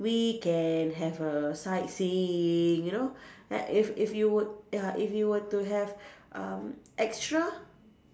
we can have a sightseeing you know at if if you would ya if you were to have um extra